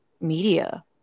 media